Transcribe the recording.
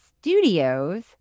Studios